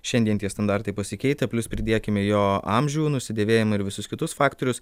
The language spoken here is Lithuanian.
šiandien tie standartai pasikeitę plius pridėkime jo amžių nusidėvėjimą ir visus kitus faktorius